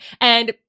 And-